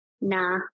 nah